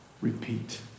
repeat